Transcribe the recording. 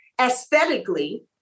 aesthetically